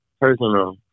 personal